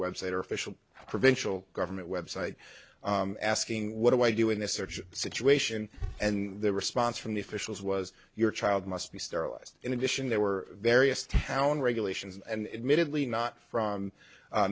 website or official provincial government website asking what do i do in this search situation and the response from the officials was your child must be sterilized in addition there were various tallon regulations and admittedly not from